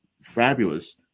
fabulous